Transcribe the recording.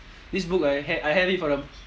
this book I had I had it for the